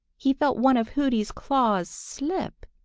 he felt one of hooty's claws slip.